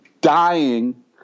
dying